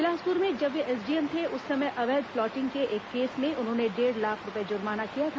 बिलासपुर में जब वे एसडीएम थे उस समय अवैध प्लाटिंग के एक केस में उन्होंने डेढ़ लाख रुपए जुर्माना किया था